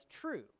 true